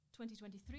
2023